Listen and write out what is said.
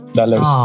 dollars